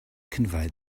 conveyed